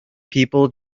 people